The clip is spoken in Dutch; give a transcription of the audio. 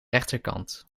rechterkant